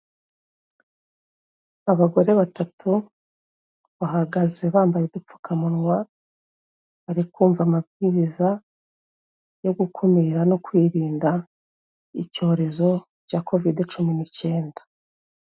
Abagore batatu bahagaze bambaye udupfukamunwa, barikumva amabwiriza yo gukumira no kwirinda icyorezo cya covide cumi n'icyenda.